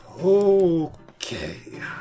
Okay